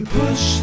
push